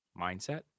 mindset